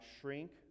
shrink